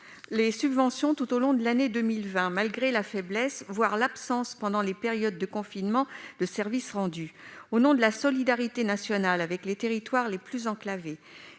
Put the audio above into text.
les subventions tout au long de l'année 2020, malgré la faiblesse, voire l'absence pendant les périodes de confinement, de service rendu. Au nom de la solidarité nationale avec les territoires les plus enclavés,